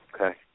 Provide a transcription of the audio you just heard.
Okay